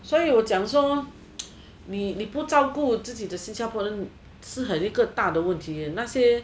所以我讲说你不照顾自己的新加坡人是个很大的问题